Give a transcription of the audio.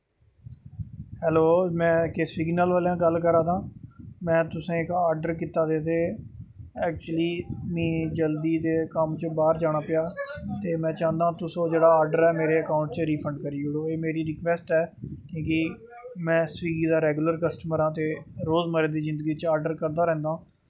hello में K C दे कन्नै गल्ल करां दा में तुसें गी इक ऑर्डर कीता दा ते एक्चुअली में जल्दी दे कम्म च बाह्र जाना पेआ ते में चाह्न्नां कि तुस जेह्ड़ा ऑर्डर ऐ तुस मेरे अकाउंट च रिफंड करी ओड़ो ते एह् मेरी रिक्वेस्ट ऐ क्यों में सी ए दा रेगुलर कस्टमर आं ते रोजमर्रा दी जिन्दगी च ऑर्डर करदा रैहना